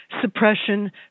suppression